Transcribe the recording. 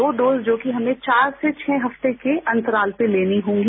दो डोज जो कि हमने चार से छह हफ्ते के अंतराल पर लेनी होगी